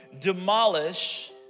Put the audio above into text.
demolish